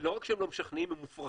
לא רק שהם לא משכנעים, הם מופרכים.